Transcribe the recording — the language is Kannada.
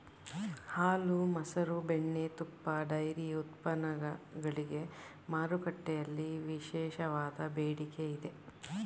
ಹಾಲು, ಮಸರು, ಬೆಣ್ಣೆ, ತುಪ್ಪ, ಡೈರಿ ಉತ್ಪನ್ನಗಳಿಗೆ ಮಾರುಕಟ್ಟೆಯಲ್ಲಿ ವಿಶೇಷವಾದ ಬೇಡಿಕೆ ಇದೆ